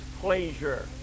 pleasure